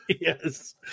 Yes